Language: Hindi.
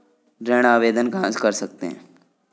ऋण आवेदन कहां से कर सकते हैं?